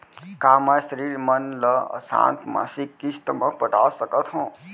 का मैं ऋण मन ल आसान मासिक किस्ती म पटा सकत हो?